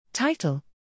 Title